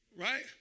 Right